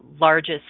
largest